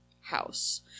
house